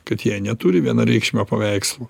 kad jie neturi vienareikšmio paveikslo